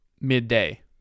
midday